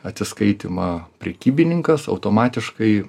atsiskaitymą prekybininkas automatiškai